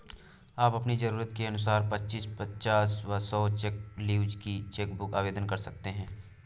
आप अपनी जरूरत के अनुसार पच्चीस, पचास व सौ चेक लीव्ज की चेक बुक आवेदन कर सकते हैं